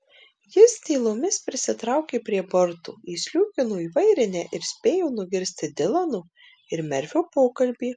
jis tylomis prisitraukė prie borto įsliūkino į vairinę ir spėjo nugirsti dilano ir merfio pokalbį